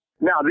Now